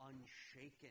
unshaken